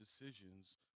decisions